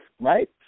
right